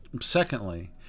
Secondly